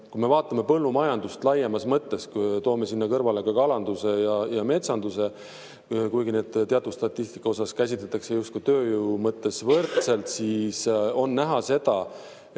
kui me vaatame põllumajandust laiemas mõttes, toome sinna kõrvale ka kalanduse ja metsanduse, kuigi neid teatud statistikas käsitletakse justkui tööjõu mõttes võrdselt, siis on näha seda, et